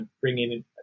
bringing